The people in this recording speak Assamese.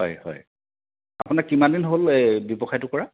হয় হয় আপোনাৰ কিমান দিন হ'ল এই ব্যৱসায়টো কৰা